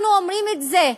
אנחנו אומרים את זה,